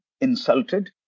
insulted